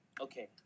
okay